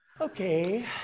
Okay